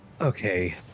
okay